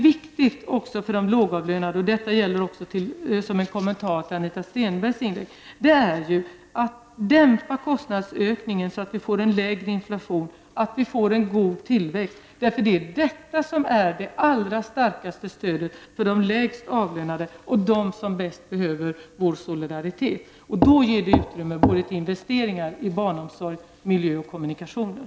Viktigt för de lågavlönade är — och det säger jag också som en kommentar till Anita Stenberg — att man dämpar kostnadsökningen, så att vi får en lägre inflationstakt och en god tillväxt. Detta ger det allra starkaste stödet för de lägst avlönade och för dem som bäst behöver vår solidaritet. Det skapar också utrymme för investeringar i barnomsorg, miljö och kommunikationer.